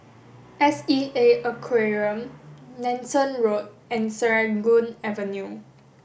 S E A Aquarium Nanson Road and Serangoon Avenue